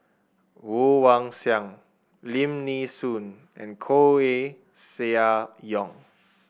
Woon Wah Siang Lim Nee Soon and Koeh Sia Yong